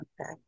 Okay